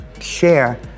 share